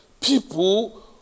people